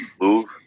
move